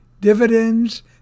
Dividends